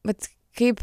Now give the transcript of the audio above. vat kaip